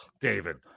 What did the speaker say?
David